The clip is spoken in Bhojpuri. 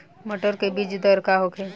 मटर के बीज दर का होखे?